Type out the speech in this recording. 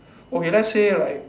okay let's say like